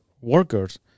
workers